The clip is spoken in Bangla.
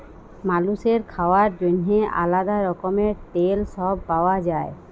মালুসের খাওয়ার জন্যেহে আলাদা রকমের তেল সব পাওয়া যায়